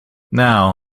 now